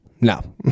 No